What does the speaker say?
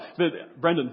Brendan